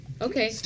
Okay